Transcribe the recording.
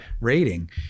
rating